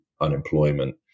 unemployment